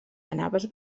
anaves